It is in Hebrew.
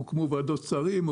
הוקמו ועדות שרים,